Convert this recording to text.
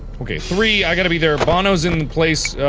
okay, three, i gotta be there. bono's in the place